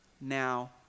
now